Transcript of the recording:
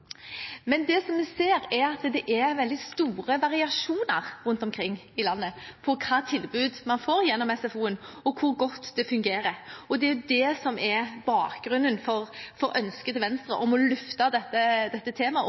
Men det vi ser, er at det er veldig store variasjoner rundt omkring i landet i hvilket tilbud man får gjennom SFO-en, og hvor godt det fungerer. Det er det som er bakgrunnen for ønsket til Venstre om å løfte dette temaet